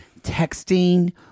texting